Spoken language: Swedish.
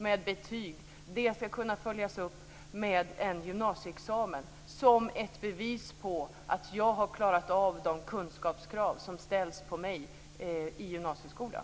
Det skall kunna följas upp med betyg och en gymnasieexamen som ett bevis på att eleven har klarat av de kunskapskrav som ställs i gymnasieskolan.